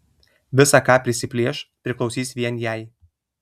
visa ką prisiplėš priklausys vien jai